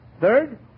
Third